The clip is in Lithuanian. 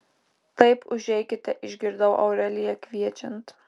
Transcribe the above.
taip užeikite išgirdau aureliją kviečiant